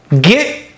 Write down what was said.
Get